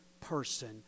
person